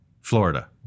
Florida